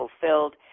fulfilled